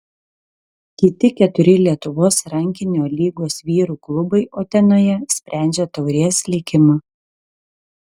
kiti keturi lietuvos rankinio lygos vyrų klubai utenoje sprendžia taurės likimą